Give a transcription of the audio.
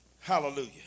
Hallelujah